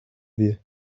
you